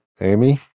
Amy